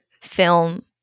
film